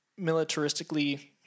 militaristically